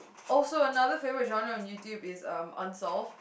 also another favourite genre of YouTube is um unsolved